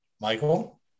Michael